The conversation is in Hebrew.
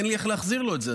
אין לי איך להחזיר לו את זה.